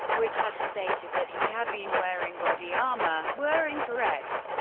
which had stated that he had been wearing body armor, were incorrect.